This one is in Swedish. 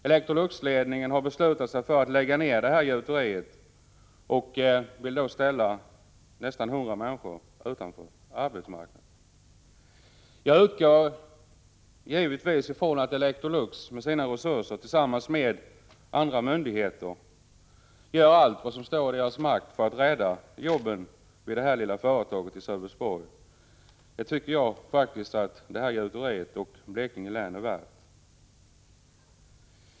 Electroluxledningen har beslutat sig för att lägga ned gjuteriet och vill då ställa nästan 100 människor utanför arbetsmarknaden. Jag utgår givetvis från att Elektrolux med sina resurser tillsammans med myndigheterna gör allt som står i dess makt för att rädda jobben vid detta företag. Det tycker jag att gjuteriet och länet är värda.